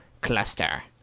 cluster